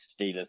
Steelers